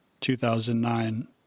2009